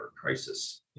crisis